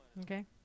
Okay